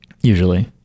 Usually